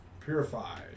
Purify